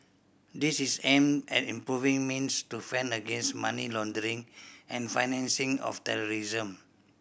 this is aimed at improving means to fend against money laundering and the financing of terrorism